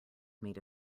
made